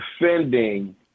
defending